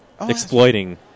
exploiting